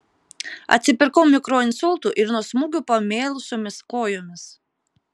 atsipirkau mikroinsultu ir nuo smūgių pamėlusiomis kojomis